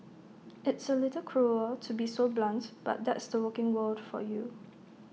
it's A little cruel to be so blunt but that's the working world for you